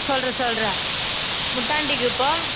சொல்கிறேன் சொல்கிறேன் முத்தாண்டிக் குப்பம்